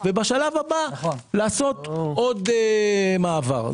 ובשלב הבא לעשות עוד מעבר.